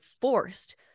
forced